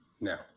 Now